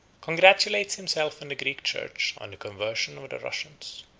congratulates himself and the greek church on the conversion of the russians.